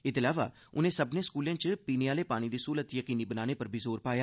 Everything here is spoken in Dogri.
एह्दे अलावा उनें सब्मनें स्कूलें च पीने आह्ले पानी दी सुविधा यकीनी बनाने पर बी जोर पाया